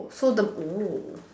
so the